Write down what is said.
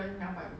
oh